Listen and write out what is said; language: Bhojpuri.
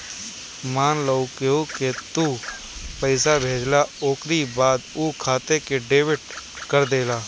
मान लअ केहू के तू पईसा भेजला ओकरी बाद उ खाता के डिलीट कर देहला